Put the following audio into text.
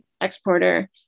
exporter